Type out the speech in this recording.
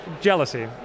jealousy